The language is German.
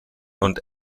und